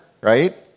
right